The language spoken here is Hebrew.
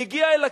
הגיע אל הכביש,